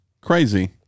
Crazy